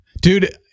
Dude